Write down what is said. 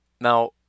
Now